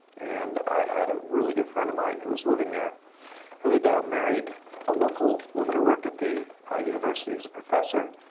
and i had a really good friend of mine who was living there who had married a local woman who worked at the university as a professor.